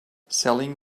selling